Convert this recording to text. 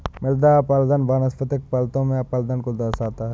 मृदा अपरदन वनस्पतिक परत में अपरदन को दर्शाता है